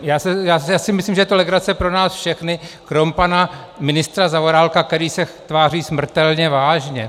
Já si myslím, že je to legrace pro nás všechny kromě pana ministra Zaorálka, který se tváří smrtelně vážně.